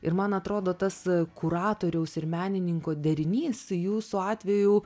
ir man atrodo tas kuratoriaus ir menininko derinys jūsų atveju